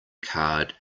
card